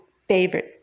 favorite